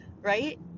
right